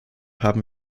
haben